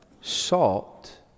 salt